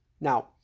Now